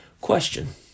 question